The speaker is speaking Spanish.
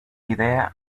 idea